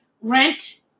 rent